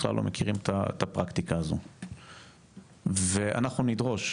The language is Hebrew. בכלל לא מכירים את הפרקטיקה הזו ואנחנו נדרוש,